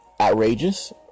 outrageous